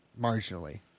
marginally